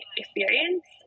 experience